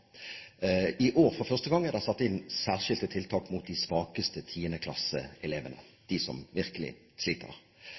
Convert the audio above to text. I år, for første gang, er det satt inn særskilte tiltak mot de svakeste